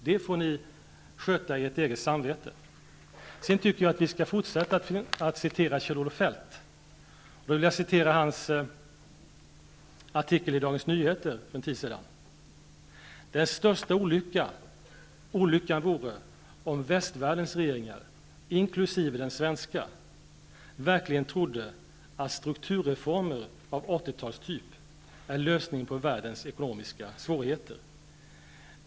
Det får ni ta på ert eget samvete. Jag tycker att vi skall fortsätta att citera Kjell-Olof Feldt. Jag vill citera ur hans artikel i Dagens Nyheter för en tid sedan: ''Den största olyckan vore om västvärldens regeringar, inkl. den svenska, verkligen trodde att strukturreformer av 80-talstyp är lösningen på världens ekonomiska svårigheter.